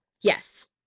Yes